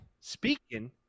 Speaking